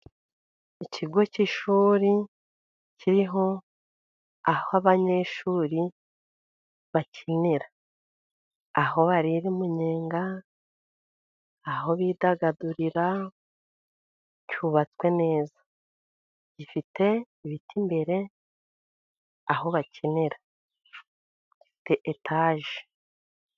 Ikigo cy'ishuri kiriho aho abanyeshuri bakinira, aho barira umunyenga, aho bidagadurira cyubatswe neza. Gifite ibiti imbere aho bakinira gifite etaje.